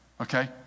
okay